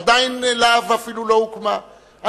עדיין להב אפילו לא הוקמה,